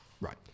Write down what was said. Right